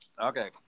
Okay